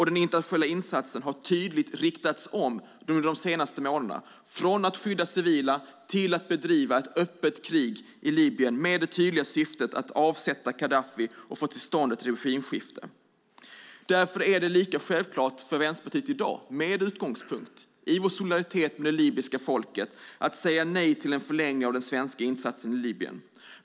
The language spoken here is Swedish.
Den internationella insatsen har tydligt riktats om under de senaste månaderna från att skydda civila till att bedriva ett öppet krig i Libyen med det tydliga syftet att avsätta Gaddafi och få till stånd ett regimskifte. Därför är det lika självklart för Vänsterpartiet i dag att med utgångspunkt i vår solidaritet med det libyska folket säga nej till en förlängning av den svenska insatsen i Libyen.